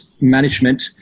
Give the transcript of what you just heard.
management